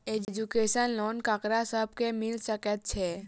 Education loan ककरा सब केँ मिल सकैत छै?